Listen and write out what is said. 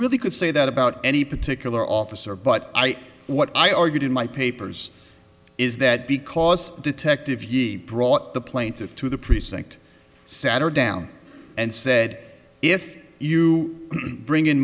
really could say that about any particular officer but what i argued in my papers is that because detective you brought the plaintiff to the precinct sattar down and said if you bring in